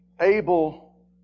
Abel